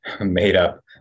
made-up